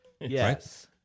Yes